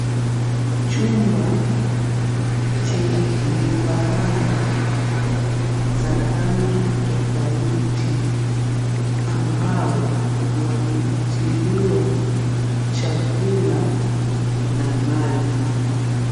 Chumba chenye vifaranga za rangi tofauti ambao wametiliwa chakula na maji.